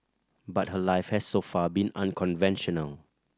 but her life has so far been unconventional